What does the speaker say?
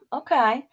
okay